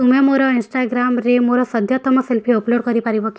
ତୁମେ ମୋର ଇନଷ୍ଟାଗ୍ରାମ୍ରେ ମୋର ସଦ୍ୟତମ ସେଲ୍ଫି ଅପଲୋଡ଼୍ କରିପାରିବ କି